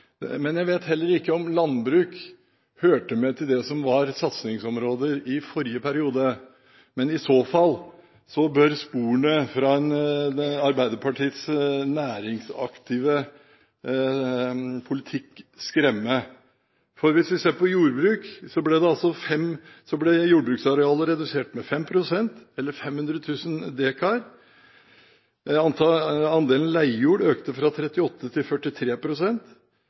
men i så fall bør sporene fra Arbeiderpartiets næringsaktive politikk skremme. Hvis vi ser på jordbruk, ble jordbruksarealet redusert med 5 pst., eller 500 000 dekar. Andelen leiejord økte fra 38 pst. til